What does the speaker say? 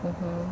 mmhmm